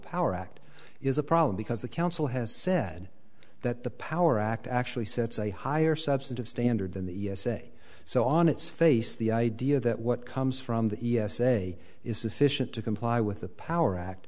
power act is a problem because the council has said that the power act actually sets a higher substantive standard than the e s a so on its face the idea that what comes from the e s a is sufficient to comply with the power act